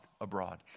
abroad